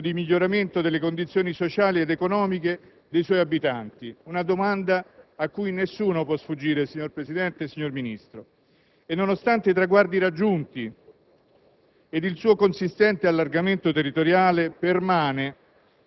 divenendo nella concretezza e nella percezione comune uno strumento di miglioramento delle condizioni sociali ed economiche dei suoi abitanti; una domanda a cui nessuno può sfuggire, signor Presidente e signor Ministro. Nonostante i traguardi raggiunti